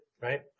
right